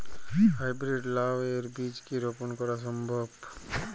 High breed লাও এর বীজ কি রোপন করা সম্ভব?